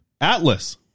Atlas